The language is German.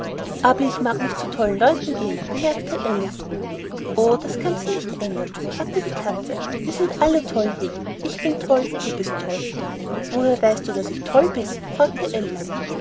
aber ich mag nicht zu tollen leuten gehen bemerkte alice oh das kannst du nicht ändern sagte die katze wir sind alle toll hier ich bin toll du bist toll woher weißt du daß ich toll bin fragte